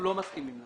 מסכימים לזה.